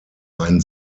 ein